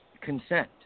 consent